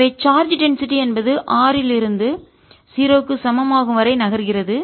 எனவே charge density அடர்த்தி என்பது r இல் இருந்து 0 க்கு சமம் ஆகும் வரை நகர்கிறது